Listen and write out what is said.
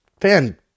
fan